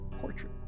portrait